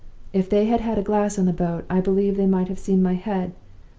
if they had had a glass in the boat, i believe they might have seen my head,